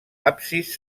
absis